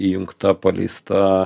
įjungta paleista